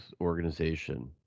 organization